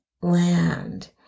land